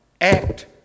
act